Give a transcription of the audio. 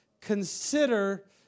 consider